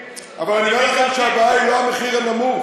אבל אני אומר לך שהבעיה היא לא המחיר הנמוך,